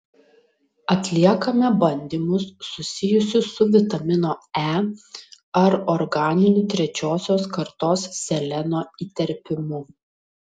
atliekame bandymus susijusius su vitamino e ar organiniu trečiosios kartos seleno įterpimu